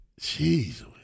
Jesus